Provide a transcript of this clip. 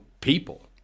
people